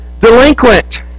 delinquent